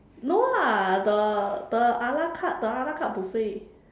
no lah the the a la carte the a la carte buffet